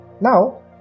Now